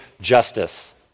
justice